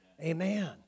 Amen